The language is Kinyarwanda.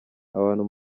abantu